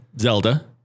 Zelda